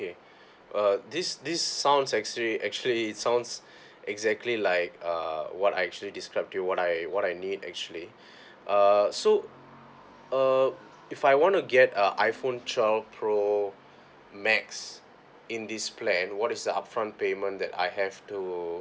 ~kay uh this this sounds actually actually its sounds exactly like uh what I actually described to you what I what I need actually uh so err if I want to get a iPhone twelve pro max in this plan what is the upfront payment that I have to